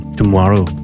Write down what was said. tomorrow